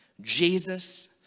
Jesus